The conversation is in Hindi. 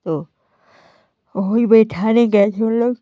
तो वही भी बैठाने गए थे हम लोग